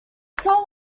saw